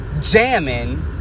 jamming